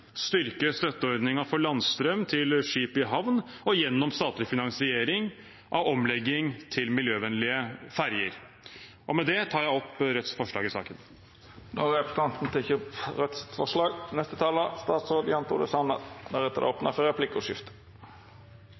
styrke støtteordningen for landstrøm til skip i havn og gjennom statlig finansiering av omlegging til miljøvennlige ferjer. Med det tar jeg opp Rødts forslag i saken. Då har representanten Bjørnar Moxnes teke opp det forslaget han refererte til. Regjeringens mål er